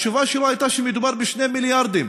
התשובה שלו הייתה שמדובר ב-2 מיליארדים.